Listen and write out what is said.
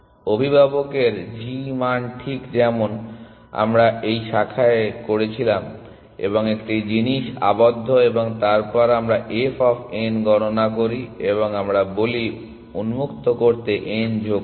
অভিভাবকের g মান ঠিক যেমন আমরা এই শাখায় করছিলাম এবং একটি জিনিস আবদ্ধ এবং তারপর আমরা f অফ n গণনা করি এবং আমরা বলি উন্মুক্ত করতে n যোগ করো